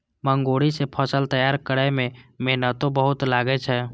मूंगरी सं फसल तैयार करै मे मेहनतो बहुत लागै छै